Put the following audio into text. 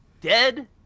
Dead